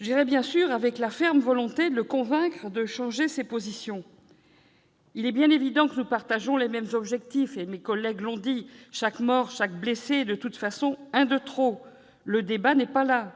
Je m'y rendrai avec la ferme volonté de le convaincre de changer ses positions. Il est bien évident que nous partageons les mêmes objectifs : comme mes collègues l'ont dit, chaque mort, chaque blessé est de toute façon un mort ou un blessé de trop. Le débat n'est pas là :